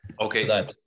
okay